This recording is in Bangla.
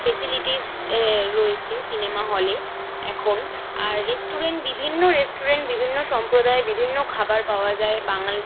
ফেসিলিটিস রয়েছে সিনেমা হলে এখন আর রেস্টুরেন্ট বিভিন্ন রেস্টুরেন্ট বিভিন্ন সম্প্রদায়ের বিভিন্ন খাবার পাওয়া যায় বাঙালি